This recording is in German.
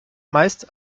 meist